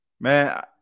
man